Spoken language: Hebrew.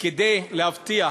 כדי להבטיח